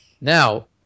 Now